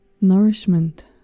Nourishment